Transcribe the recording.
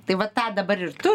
tai va tą dabar ir turim